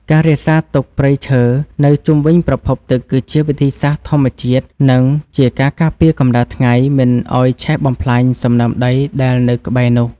ការរក្សាទុកព្រៃឈើនៅជុំវិញប្រភពទឹកគឺជាវិធីសាស្ត្រធម្មជាតិ និងជាការការពារកម្តៅថ្ងៃមិនឱ្យឆេះបំផ្លាញសំណើមដីដែលនៅក្បែរនោះ។